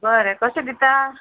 बरें कशें दिता